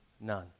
none